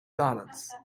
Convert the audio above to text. balance